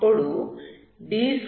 అప్పుడు d2ydx2ddx